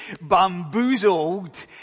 bamboozled